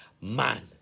man